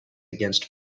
against